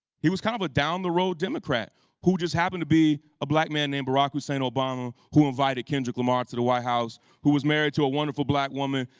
he was kind of a down the road democrat who just happened to be a black man named barack hussein obama, who invited kendrick lamar to the white house, who was married to a wonderful, black woman.